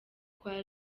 kwa